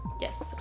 Yes